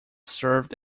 served